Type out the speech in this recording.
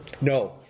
No